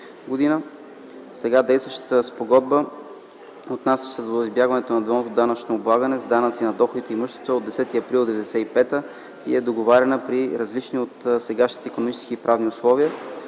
Сега действащата спогодба, отнасяща се до избягване на двойното данъчно облагане с данъци на доходите и имуществото, е от 10 април 1995 г. и е договаряна при различни от сегашните икономически и правни условия.